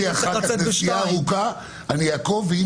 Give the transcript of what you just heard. תהיה לי אחר כך נסיעה ארוכה ואני אעקוב אחרי הדיון.